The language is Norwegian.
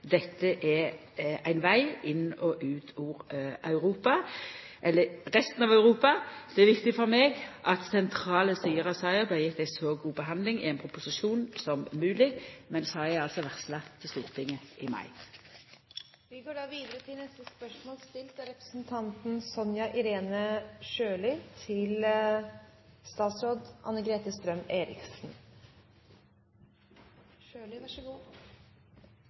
dette er ein veg inn og ut av resten av Europa. Det er viktig for meg at sentrale sider av saka blir gjevne ei så god behandling som mogleg i ein proposisjon som eg altså har varsla kjem til Stortinget i mai. Dette spørsmålet, fra representanten Bent Høie til helse- og omsorgsministeren, vil bli tatt opp av representanten Sonja Irene Sjøli.